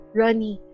runny